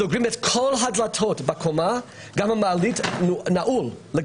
סוגרים את כל הדלתות בקומה וגם המעלית נעולה.